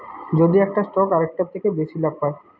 যদি একটা স্টক আরেকটার থেকে বেশি লাভ পায়